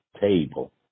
table